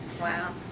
Wow